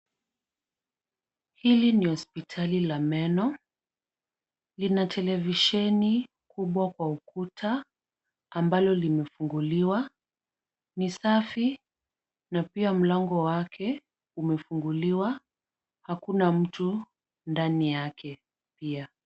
Hili ni hospitali la meno. Lina televisheni kubwa kwa ukuta ambalo limefunguliwa. Ni safi na pia mlango wake umefunguliwa. Hakuna mtu ndani yake pia.